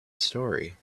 story